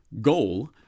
goal